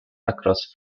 across